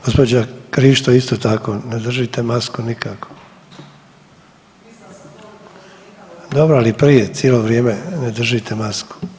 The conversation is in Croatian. Gđa. Krišto isto tako ne držite masku nikako. … [[Upadica iz klupe se ne razumije]] Dobro, ali prije cijelo vrijeme ne držite masku.